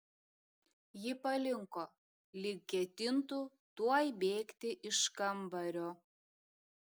ji palinko lyg ketintų tuoj bėgti iš kambario